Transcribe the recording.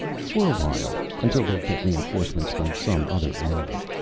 for awhile. until they get reinforcements from some other area.